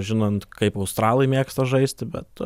žinant kaip australai mėgsta žaisti bet